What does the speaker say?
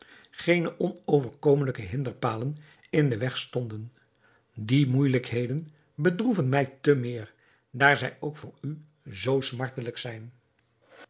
geene onoverkomelijke hinderpalen in den weg stonden die moeijelijkheden bedroeven mij te meer daar zij ook voor u zoo smartelijk zijn